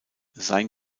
sein